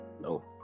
No